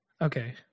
Okay